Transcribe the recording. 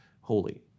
holy